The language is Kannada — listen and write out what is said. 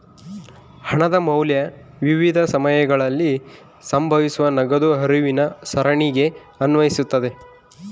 ಹಣದ ಮೌಲ್ಯ ವಿವಿಧ ಸಮಯಗಳಲ್ಲಿ ಸಂಭವಿಸುವ ನಗದು ಹರಿವಿನ ಸರಣಿಗೆ ಅನ್ವಯಿಸ್ತತೆ